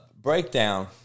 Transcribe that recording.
breakdown